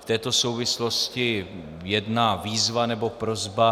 V této souvislosti jedna výzva, nebo prosba.